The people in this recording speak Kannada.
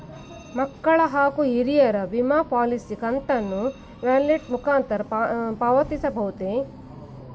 ಮಕ್ಕಳ ಹಾಗೂ ಹಿರಿಯರ ವಿಮಾ ಪಾಲಿಸಿ ಕಂತನ್ನು ವ್ಯಾಲೆಟ್ ಮುಖಾಂತರ ಪಾವತಿಸಬಹುದೇ?